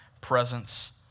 presence